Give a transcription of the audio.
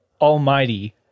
almighty